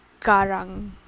Karang